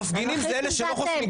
מפגינים זה אלה שלא חוסמים כבישים,